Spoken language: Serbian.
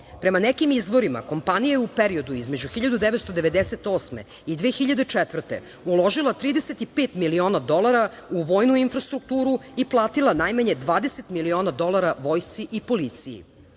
nekim izvorima kompanija je u periodu između 1998. i 2004. godine uložila 35 miliona dolara u vojnu infrastrukturu i platila najmanje 20 miliona dolara vojsci i policiji. Prema